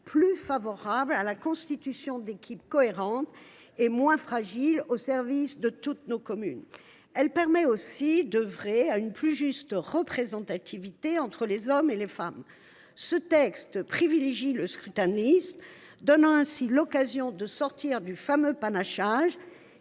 plus favorables à la constitution d’équipes cohérentes et moins fragiles, au service de toutes nos communes. Elle permet aussi d’œuvrer à une plus juste représentativité entre les hommes et les femmes. Ce texte privilégie le scrutin de liste et donne ainsi l’occasion de sortir du fameux panachage,